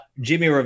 Jimmy